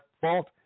fault